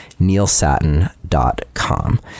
neilsatin.com